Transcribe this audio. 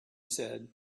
said